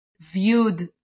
viewed